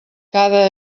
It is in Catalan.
cada